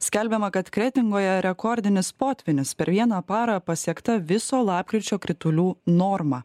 skelbiama kad kretingoje rekordinis potvynis per vieną parą pasiekta viso lapkričio kritulių norma